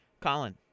Colin